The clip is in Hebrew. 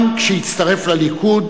גם כשהצטרף לליכוד,